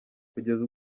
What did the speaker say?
kugeza